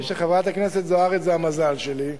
אני חשבתי שחברת הכנסת זוארץ זה המזל שלי.